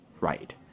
right